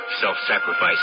self-sacrifice